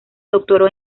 doctoró